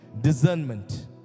discernment